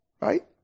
Right